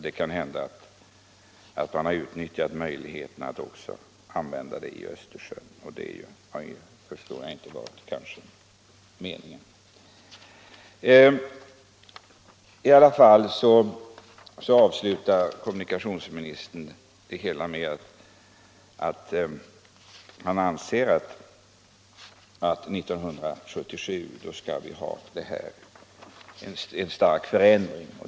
Det kan hända att man också har utnyttjat möjligheten att ge dispens för utsläpp i Östersjön, något som väl inte har varit meningen. Kommunikationsministern avslutar det hela med att han anser att 1977 skall det bli en kraftig förändring.